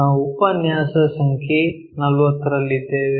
ನಾವು ಉಪನ್ಯಾಸ ಸಂಖ್ಯೆ 40 ರಲ್ಲಿದ್ದೇವೆ